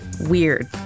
weird